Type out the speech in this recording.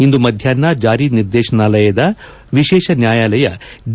ಇಂದು ಮಧ್ಯಾಪ್ನ ಜಾರಿ ನಿರ್ದೇಶನಾಲಯದ ವಿಶೇಷ ನ್ಯಾಯಾಲಯ ಡಿ